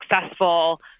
successful